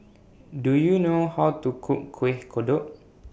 Do YOU know How to Cook Kueh Kodok